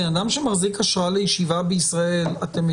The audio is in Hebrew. בן אדם שמחזיק אשרה לישיבה בישראל?